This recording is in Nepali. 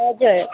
हजुर